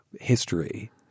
history –